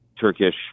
Turkish